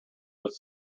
was